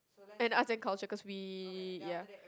and arts and culture cause we ya